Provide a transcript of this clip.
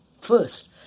First